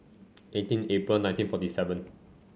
eighteen April nineteen forty seven